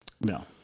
No